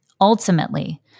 Ultimately